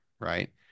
right